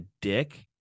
dick